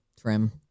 trim